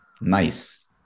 nice